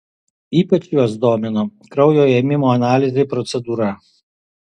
ypač juos domino kraujo ėmimo analizei procedūra